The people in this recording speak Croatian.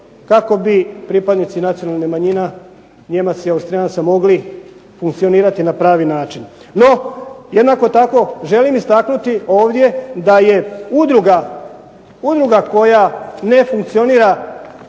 kako bi pripadnici nacionalnih manjina Nijemaca i Austrijanaca mogli funkcionirati na pravi način. No jednako tako želim istaknuti ovdje da je udruga koja ne funkcionira